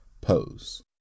pose